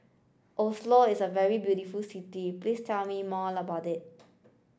Oslo is a very beautiful city please tell me more about it